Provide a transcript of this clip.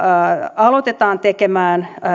aloitetaan tekemään